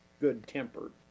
good-tempered